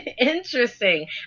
Interesting